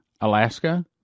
Alaska